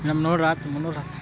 ನಮ್ಮ ನೋಡ್ರಿ ಆತು ಮುನ್ನೂರು ಆತು